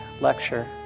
lecture